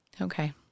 Okay